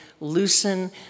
loosen